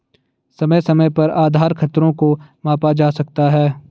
समय समय पर आधार खतरों को मापा जा सकता है